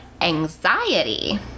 Anxiety